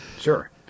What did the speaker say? Sure